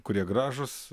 kurie gražūs